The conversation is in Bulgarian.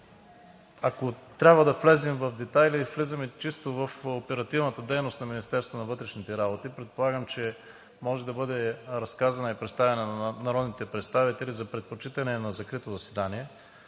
Ако трябва да влезем в детайли, влизаме чисто в оперативната дейност на Министерството на вътрешните работи. Предполагам, че може да бъде разказана и представена на народните представители, но за предпочитане е на закрито заседание,